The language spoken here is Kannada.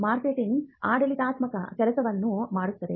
ಮಾರ್ಕೆಟಿಂಗ್ ಆಡಳಿತಾತ್ಮಕ ಕೆಲಸವನ್ನು ಮಾಡುತ್ತದೆ